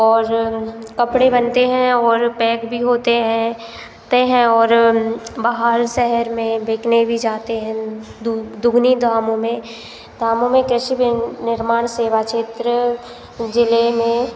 और कपड़े बनते हैं और बेग भी होते हैं होते हैं और बाहर शहर में बिकने भी जाते हैं दोगुनी दामों में कामों में कैसे निर्माण सेवा क्षेत्र ज़िले में